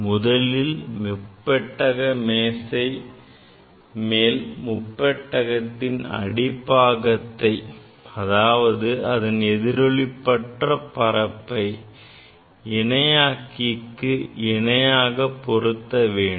முதலில் முப்பட்டக மேசை மேல் முப்பட்டகத்தின் அடிப்பாகத்தை அதாவது அதன் எதிரொளிப்பற்ற பரப்பை இணையாக்கிக்கு இணையாக பொருத்த வேண்டும்